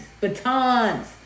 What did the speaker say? batons